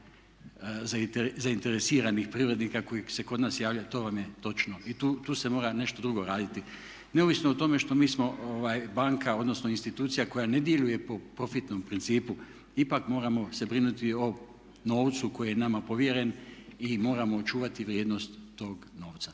zainteresiranih privrednika koji se kod nas javljaju to vam je točno i tu se mora nešto drugo raditi. Neovisno o tome što mi smo banka, odnosno institucija koja ne djeluje po profitnom principu. Ipak moramo se brinuti o novcu koji je nama povjeren i moramo očuvati vrijednost tog novca.